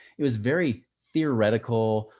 it was very theoretical.